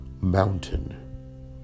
mountain